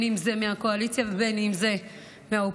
אם זה מהקואליציה ואם זה מהאופוזיציה.